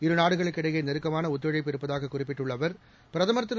இரு நாடுகளுக்கிடையே நெருக்கமான ஒத்துழைப்பு இருப்பதாக குறிப்பிட்டுள்ள அவர் பிரதமா் திரு